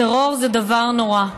טרור זה דבר נורא,